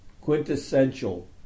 quintessential